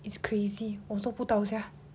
it's crazy 我做不到 sia